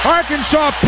Arkansas